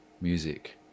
music